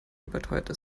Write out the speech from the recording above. überteuerte